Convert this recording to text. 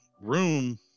room